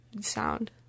sound